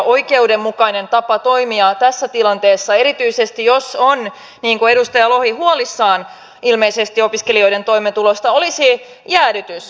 oikeudenmukainen tapa toimia tässä tilanteessa erityisesti jos on niin kuin edustaja lohi huolissaan ilmeisesti opiskelijoiden toimeentulosta olisi jäädytys